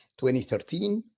2013